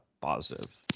positive